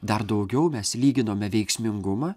dar daugiau mes lyginome veiksmingumą